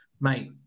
Mate